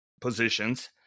positions